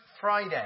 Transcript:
Friday